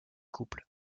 couple